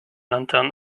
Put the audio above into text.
lantern